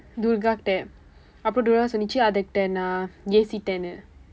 durga கிட்ட அப்புறம்:kitda appuram durga சொன்னது அதுகிட்ட நான் ஏசிட்டேன்:sonnathu athukitda naan eesitdeen